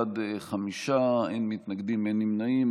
חמישה, אין מתנגדים, אין נמנעים.